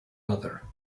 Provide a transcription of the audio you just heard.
mother